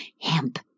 hemp